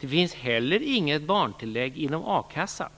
Det finns heller inget barntillägg inom a-kassan.